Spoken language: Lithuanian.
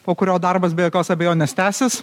po kurio darbas be jokios abejonės tęsis